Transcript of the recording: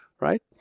Right